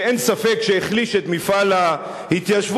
שאין ספק שהחליש את מפעל ההתיישבות,